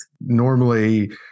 Normally